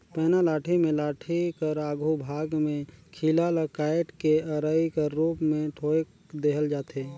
पैना लाठी मे लाठी कर आघु भाग मे खीला ल काएट के अरई कर रूप मे ठोएक देहल जाथे